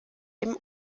dem